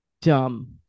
dumb